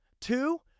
two